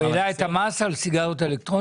הוא העלה את המס על סיגריות אלקטרוניות?